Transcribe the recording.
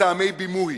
מטעמי בימוי,